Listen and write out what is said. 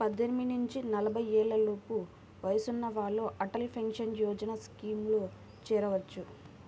పద్దెనిమిది నుంచి నలభై ఏళ్లలోపు వయసున్న వాళ్ళు అటల్ పెన్షన్ యోజన స్కీమ్లో చేరొచ్చు